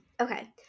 Okay